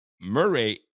Murray